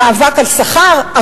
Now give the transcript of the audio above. מאבק על שכר,